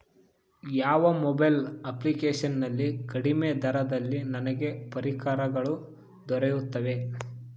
ಯಾವ mobile application ನಲ್ಲಿ ಕಡಿಮೆ ದರದಲ್ಲಿ ನನಗೆ ಪರಿಕರಗಳು ದೊರೆಯುತ್ತವೆ?